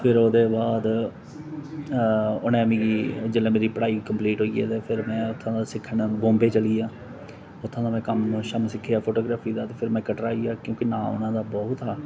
फिर ओह्दे बाद उनें मिगी जेल्लै मेरी पढ़ाई कम्पलीट होई ऐ फिर में उत्थूं दा सिक्खना बोम्बे चली आ उत्थूं दा में कम्म शम्म सिक्खेआ फोटोग्राफी दा फिर में कटरा आई आ क्योेंकी नांऽ उनादा बहुत